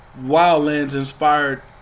Wildlands-inspired